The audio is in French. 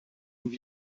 d’où